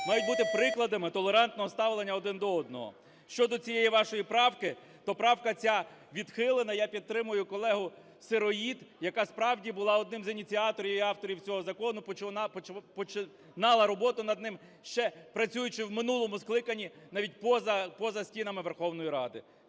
мають бути прикладами толерантного ставлення один до одного. Щодо цієї вашої правки, то правка ця відхилена. Я підтримую колегу Сироїд, яка, справді, була одним з ініціаторів і авторів цього закону, вона починала роботу над ним, ще працюючи в минулому скликанні, навіть, поза стінами Верховної Ради.